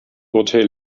urteil